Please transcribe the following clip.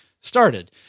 started